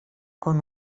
con